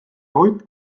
ott